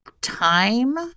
time